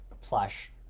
slash